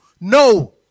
No